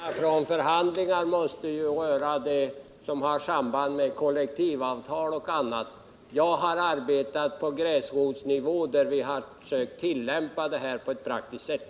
Herr talman! Erfarenheterna från förhandlingar måste ju röra det som har samband med kollektivavtal. Jag har arbetat på gräsrotsnivå, där vi har försökt tillämpa detta på ett praktiskt sätt.